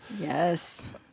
Yes